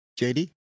jd